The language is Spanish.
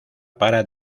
para